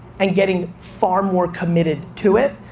and getting far more committed to it.